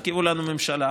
תרכיבו לנו ממשלה,